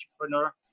entrepreneur